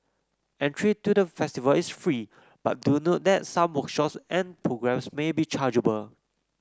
entry to the festival is free but do note that some workshops and programmes may be chargeable